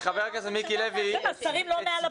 את יודעת שהשרים לא מעל הפקידים?